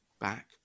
back